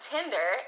Tinder